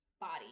body